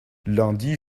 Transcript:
lundi